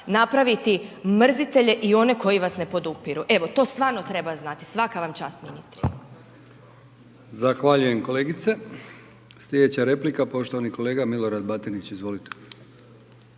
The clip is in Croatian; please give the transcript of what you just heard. napraviti mrzitelje i one koji vas ne podupiru, evo to stvarno treba znati, svaka vam čast ministrice.